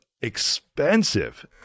expensive